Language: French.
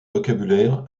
vocabulaire